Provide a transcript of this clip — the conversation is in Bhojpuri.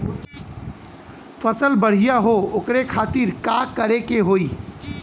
फसल बढ़ियां हो ओकरे खातिर का करे के होई?